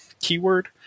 keyword